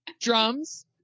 Drums